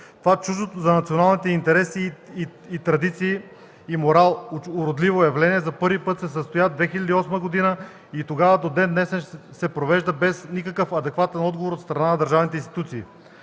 Това, чуждото за националните интереси, традиции и морал уродливо явление, за първи път се състоя 2008 г. и оттогава до ден-днешен се провежда без никакъв адекватен отговор от страна на държавните институции.